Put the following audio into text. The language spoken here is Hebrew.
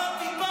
על מה אתה מדבר?